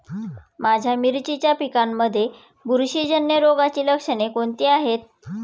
माझ्या मिरचीच्या पिकांमध्ये बुरशीजन्य रोगाची लक्षणे कोणती आहेत?